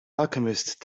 alchemist